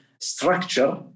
structure